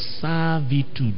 servitude